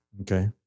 Okay